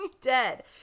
dead